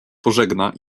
pożegna